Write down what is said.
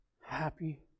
happy